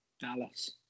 Dallas